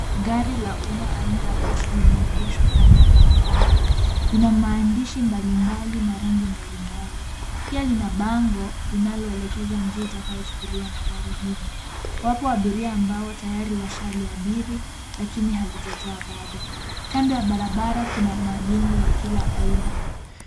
Gari la umma aina ya basi limeegeshwa kando ya barabara. Lina maandishi mbalimbali na rangi mbalimbali Pia lina bango, linaloelekeza njia itakayo chukuliwa na gari hili. Wapo abiria ambao tayari washaliabiri, lakini halijajaa bado. Kando ya barabara kuna majengo ya kila aina.